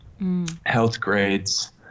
Healthgrades